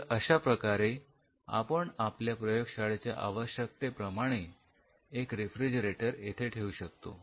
तर अशाप्रकारे आपण आपल्या प्रयोगशाळेच्या आवश्यकतेप्रमाणे एक रेफ्रिजरेटर इथे ठेवू शकतो